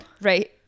Right